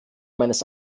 meines